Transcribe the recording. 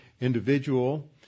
individual